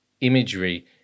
imagery